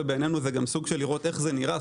ובעינינו זה סוג של פיילוט.